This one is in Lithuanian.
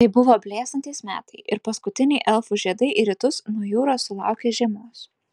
tai buvo blėstantys metai ir paskutiniai elfų žiedai į rytus nuo jūros sulaukė žiemos